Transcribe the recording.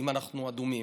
אם אנחנו אדומים.